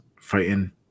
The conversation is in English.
fighting